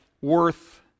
worth